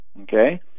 Okay